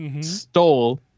stole